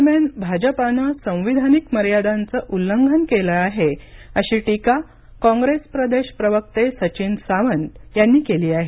दरम्यान भाजापानं संविधानिक मर्यादांचं उल्लंघन केलं आहे अशी टीका काँग्रेस प्रदेश प्रवक्ते सचिन सावंत यांनी केली आहे